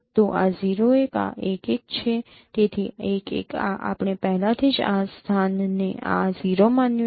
તો 0 1 આ 1 1 છે તેથી 1 1 આ આપણે પહેલાથી જ આ સ્થાનને આ 0 માન્યું છે